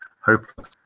hopeless